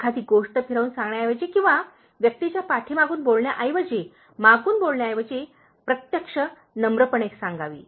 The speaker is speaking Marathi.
एखादी गोष्ट फिरवून सांगण्याऐवजी किंवा व्यक्तीच्या पाठीमागून बोलण्याऐवजी मागून बोलण्याऐवजी प्रत्यक्ष नम्रपणे सांगावी